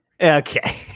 Okay